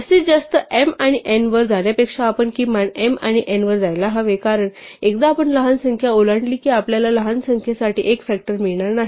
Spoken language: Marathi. जास्तीत जास्त m आणि n वर जाण्यापेक्षा आपण किमान m आणि n वर जायला हवे कारण एकदा आपण लहान संख्या ओलांडली की आपल्याला लहान संख्येसाठी एक फ़ॅक्टर मिळणार नाही